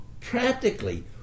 practically